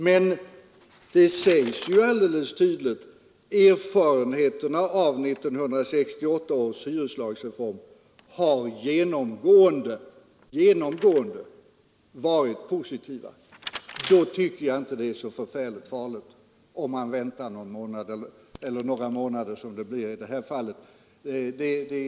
Men det sägs ju alldeles tydligt att erfarenheterna av 1968 års hyreslagsreform har genomgående varit positiva. Då tycker jag inte det är så förfärligt farligt om man väntar några månader, som det blir i det här fallet.